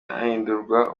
ahindurwa